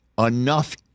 enough